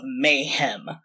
Mayhem